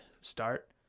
start